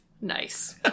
nice